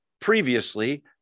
previously